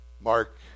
Mark